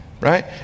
right